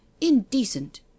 indecent